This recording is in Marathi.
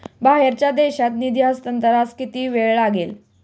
बाहेरच्या देशात निधी हस्तांतरणास किती वेळ लागेल?